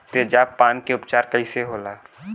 तेजाब पान के उपचार कईसे होला?